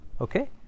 okay